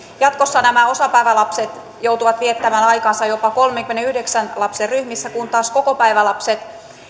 jatkossa nämä osapäivälapset joutuvat viettämään aikaansa jopa kolmenkymmenenyhdeksän lapsen ryhmissä kun taas kokopäivälapset